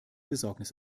besorgnis